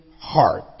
heart